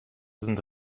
sind